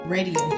Radio